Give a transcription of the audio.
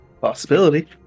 Possibility